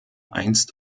einst